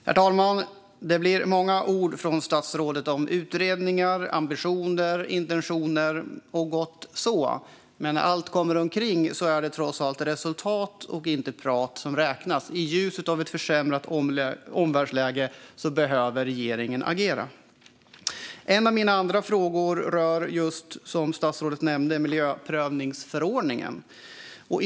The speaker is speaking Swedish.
Herr talman! Det blir många ord från statsrådet om utredningar, ambitioner och intentioner. Gott så. Men när allt kommer omkring är det resultat och inte prat som räknas. I ljuset av ett försämrat omvärldsläge behöver regeringen agera. En av mina andra frågor rör miljöprövningsförordningen, som statsrådet nämnde.